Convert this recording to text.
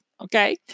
Okay